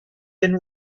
been